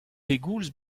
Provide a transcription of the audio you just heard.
pegoulz